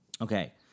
Okay